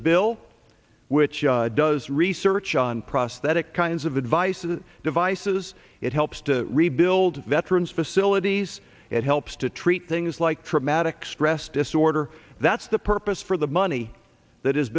bill which does research on prosthetic kinds of advices devices it helps to rebuild veterans facilities it helps to treat things like traumatic stress disorder that's the purpose for the money that has